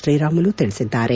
ಶ್ರೀರಾಮುಲು ತಿಳಿಸಿದ್ದಾರೆ